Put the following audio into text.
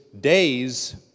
days